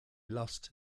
lost